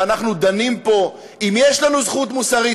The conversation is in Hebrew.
ואנחנו דנים פה אם יש לנו זכות מוסרית